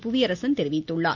புவியரசன் தெரிவித்துள்ளார்